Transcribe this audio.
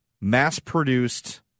mass-produced